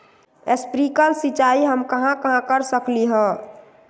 Sprinkle सिंचाई हम कहाँ कहाँ कर सकली ह?